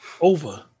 over